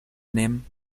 nehmen